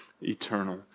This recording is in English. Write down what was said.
eternal